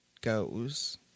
goes